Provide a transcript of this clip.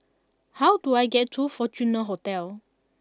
how do I get to Fortuna Hotel